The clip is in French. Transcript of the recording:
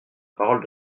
parole